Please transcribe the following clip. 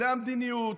זו המדיניות,